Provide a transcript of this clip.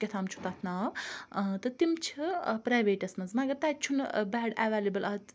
کیٚاہ تام چھُ تَتھ ناو تہٕ تِم چھِ پرَیویٹَس مَنٛز مَگَر تَتہِ چھُنہٕ بٮ۪ڈ اَویٚلیبل اَتہ